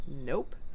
Nope